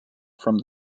from